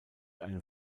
eine